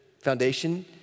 Foundation